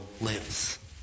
lives